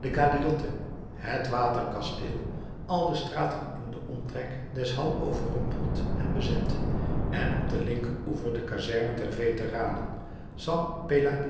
het waterkasteel al de straten in den omtrek des halles overrompeld en bezet en op den linkeroever de kazerne der veteranen st